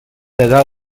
degà